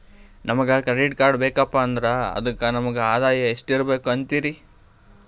ನಮಗ credit card ಬೇಕಪ್ಪ ಅಂದ್ರ ಅದಕ್ಕ ನಮಗ ಆದಾಯ ಎಷ್ಟಿರಬಕು ಅಂತೀರಿ?